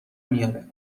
میاره